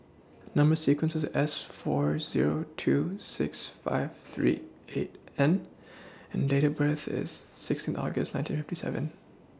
Number sequence IS S four Zero two six five three eight N and Date of birth IS sixteen August nineteen fifty seven